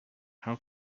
how